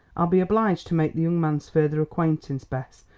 i'll be obliged to make the young man's further acquaintance, bess,